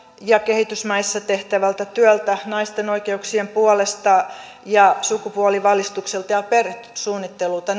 kehitysmaissa tehtävältä työltä naisten oikeuksien puolesta sukupuolivalistukselta ja perhesuunnittelulta